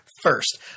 first